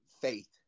faith